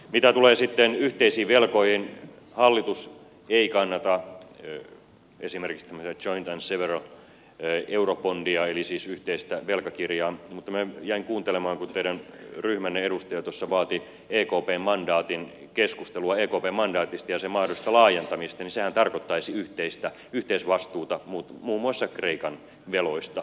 mitä tulee yhteisiin velkoihin hallitus ei kannata esimerkiksi tämmöistä joint and several eurobondia eli siis yhteistä velkakirjaa mutta minä jäin kuuntelemaan kun teidän ryhmänne edustaja vaati keskustelua ekpn mandaatista ja sen mahdollista laajentamista ja sehän tarkoittaisi yhteisvastuuta muun muassa kreikan veloista